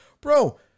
bro